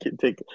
take